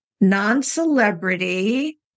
non-celebrity